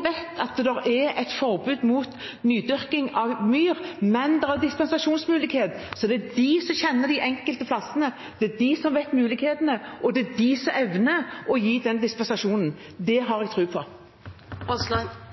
vet at det er et forbud mot nydyrking av myr, men at det er en dispensasjonsmulighet, er det de som kjenner de enkelte plassene, det er de som vet hva mulighetene er, og det er de som evner å gi den dispensasjonen. Det har jeg tro på.